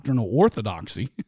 orthodoxy